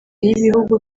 y’ibihugu